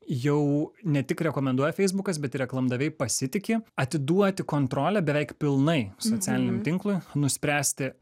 jau ne tik rekomenduoja feisbukas bet ir reklamdaviai pasitiki atiduoti kontrolę beveik pilnai socialiniam tinklui nuspręsti